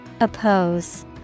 Oppose